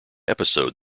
episode